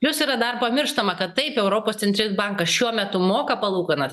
jos yra dar pamirštama kad taip europos centrinis bankas šiuo metu moka palūkanas